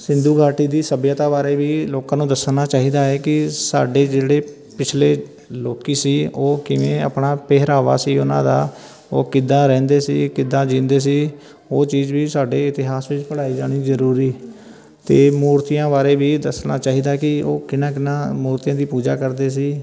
ਸਿੰਧੂ ਘਾਟੀ ਦੀ ਸੱਭਿਅਤਾ ਬਾਰੇ ਵੀ ਲੋਕਾਂ ਨੂੰ ਦੱਸਣਾ ਚਾਹੀਦਾ ਹੈ ਕਿ ਸਾਡੇ ਜਿਹੜੇ ਪਿਛਲੇ ਲੋਕ ਸੀ ਉਹ ਕਿਵੇਂ ਆਪਣਾ ਪਹਿਰਾਵਾ ਸੀ ਉਹਨਾਂ ਦਾ ਉਹ ਕਿੱਦਾਂ ਰਹਿੰਦੇ ਸੀ ਕਿੱਦਾਂ ਜਿਉਂਦੇ ਸੀ ਉਹ ਚੀਜ਼ ਵੀ ਸਾਡੇ ਇਤਿਹਾਸ ਵਿੱਚ ਪੜ੍ਹਾਈ ਜਾਣੀ ਜ਼ਰੂਰੀ ਅਤੇ ਮੂਰਤੀਆਂ ਬਾਰੇ ਵੀ ਦੱਸਣਾ ਚਾਹੀਦਾ ਕਿ ਉਹ ਕਿੰਨਾ ਕਿੰਨਾ ਮੂਰਤੀਆਂ ਦੀ ਪੂਜਾ ਕਰਦੇ ਸੀ